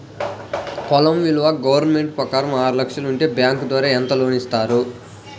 పొలం విలువ గవర్నమెంట్ ప్రకారం ఆరు లక్షలు ఉంటే బ్యాంకు ద్వారా ఎంత లోన్ ఇస్తారు?